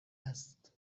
است